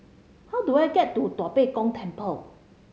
how do I get to Tua Pek Kong Temple